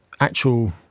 actual